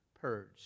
purged